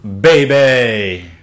Baby